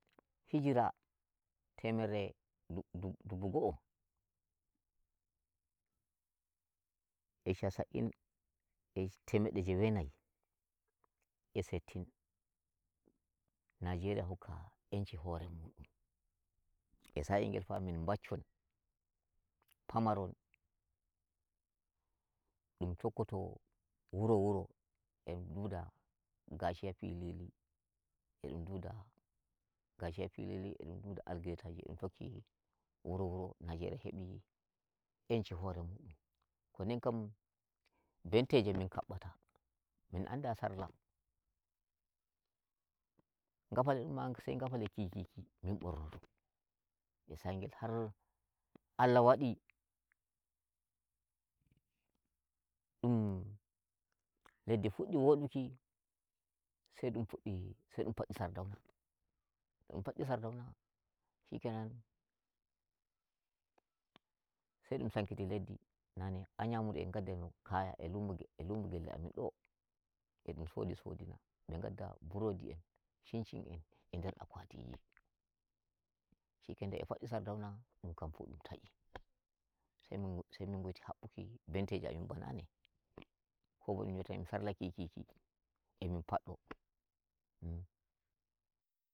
Hijira temerre dub dub dubu go'o e shasa'in e temedde jewe nayi e settin Nigeria hokka enchi hore mun, e sa'iyel ngel fa min baccon pamaron, min tokkoto wuro wuro, en duda gashiya filili e dun duda gashiya filili e ɗum duda algetaji, e ɗum tokki wuro wuro Nigeria hebi enchi hore mun. Ko nden ke nan benteje min kabbata, min anda sarla gafale dun ma sai ngafale kiki min bornoto har Allah wadi ɗum leddi fuddi woduki. sai ɗum fuɗɗi sai ɗum faɗɗi sardauna nde ɗum faddi sardauna, shike nan sai ɗum sankiti leddi. nane an yamuri en gaddai no kaya e lumo gel e lumo gelle amin do e ɗum sodi sodina burodi, en shinshin en, e nder akwatiji. shike nan nde ɓe faddi sardauna dun kam fu ɗum tayi, sai min- min guiti habbuki benteje amin ba nane, ko bo ɗum nyotana min sarla kiki kie min faɗɗo.